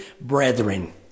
brethren